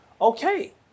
okay